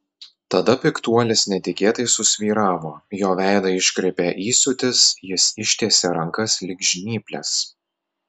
tada piktuolis netikėtai susvyravo jo veidą iškreipė įsiūtis jis ištiesė rankas lyg žnyples